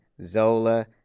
Zola